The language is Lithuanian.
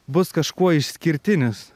bus kažkuo išskirtinis